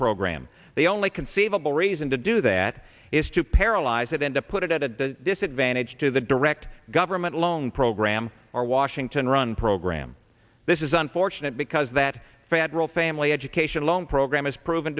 program the only conceivable reason to do that is to paralyze it and to put it at a disadvantage to the direct government loan program or washington run program this is unfortunate because that federal family education loan program has proven